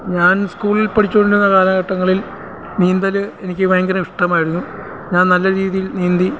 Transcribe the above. ഞാൻ സ്കൂളിൽ പഠിച്ചു കൊണ്ടിരുന്ന കാലഘട്ടങ്ങളിൽ നീന്തൽ എനിക്ക് ഭയങ്കര ഇഷ്ടമായിരുന്നു ഞാൻ നല്ല രീതിയിൽ നീന്തി